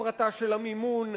הפרטה של המימון,